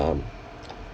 um